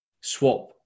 swap